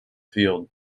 field